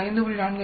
02 5